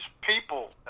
people